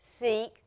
seek